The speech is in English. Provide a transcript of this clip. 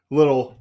little